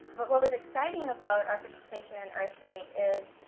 but what was exciting about our participation in earth day is